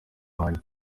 wanjye